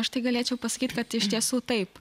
aš tai galėčiau pasakyt kad iš tiesų taip